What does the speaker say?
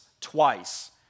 twice